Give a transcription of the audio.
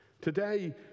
Today